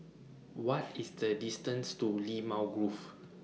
What IS The distance to Limau Grove